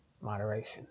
moderation